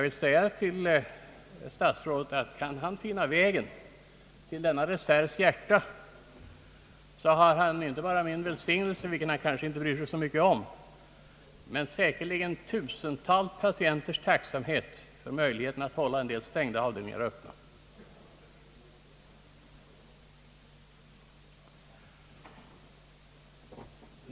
Om statsrådet kan finna vägen till denna reservs hjärtan, så har han inte bara min välsignelse — vilken han kanske inte bryr sig så mycket om — men säkerligen tusentals patienters tacksamhet för möjligheten att hålla en del stängda avdelningar öppna.